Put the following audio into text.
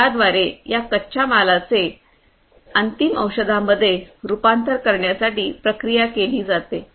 ज्याद्वारे या कच्च्या मालाचे अंतिम औषधांमध्ये रूपांतर करण्यासाठी प्रक्रिया केली जाते